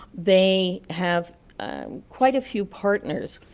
they have quite a few partners,